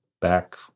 back